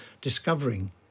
discovering